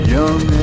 Young